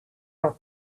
are